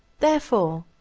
therefore,